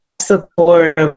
Support